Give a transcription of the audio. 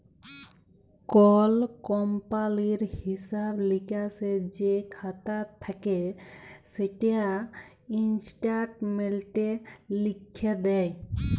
call কমপালির হিঁসাব লিকাসের যে খাতা থ্যাকে সেটা ইস্ট্যাটমেল্টে লিখ্যে দেয়